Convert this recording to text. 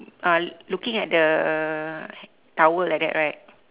uh looking at the towel like that right